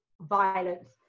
violence